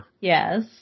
Yes